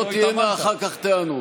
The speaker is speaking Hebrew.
שלא תהיינה אחר כך טענות.